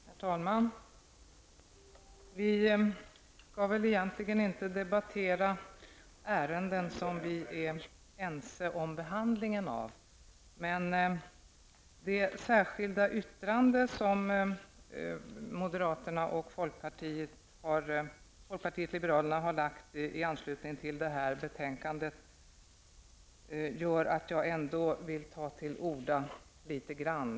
Herr talman! Vi skall egentligen inte debattera ärenden där vi är ense, men det särskilda yttrande som moderaterna och folkpartiet liberalerna har framlagt i anslutning till detta betänkande gör att jag ändå vill ta till orda litet.